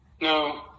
no